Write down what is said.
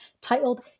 titled